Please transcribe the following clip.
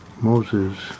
Moses